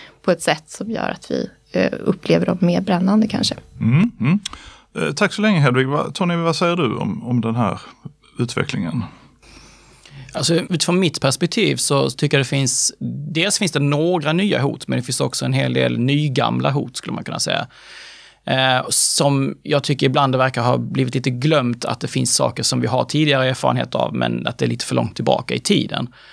på ett sätt som gör att vi, eh, upplever dem mer brännande, kanske. Mm, mm. Eh, tack så länge, Hedvig. Va- Tony, vad säger du om- om den här utvecklingen? Alltså, utifrån mitt perspektiv så tycker jag det finns- dels finns det några nya hot, men det finns också en hel del nygamla hot, skulle man kunna säga. Eh, som jag tycker ibland det verkar ha blivit lite glömt att det finns saker som vi har tidigare erfarenhet av, men att det är lite för långt tillbaka i tiden.